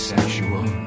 Sexual